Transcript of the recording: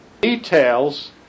Details